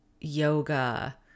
yoga